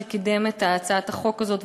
שקידם את הצעת החוק הזאת,